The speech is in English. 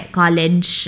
college